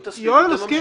אם תספיקו, תממשו.